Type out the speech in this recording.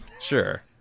sure